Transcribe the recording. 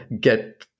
get